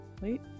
wait